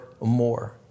more